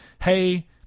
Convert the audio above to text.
hey